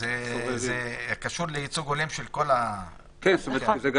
זה קשור לייצוג הולם של כל --- זה גם